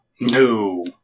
No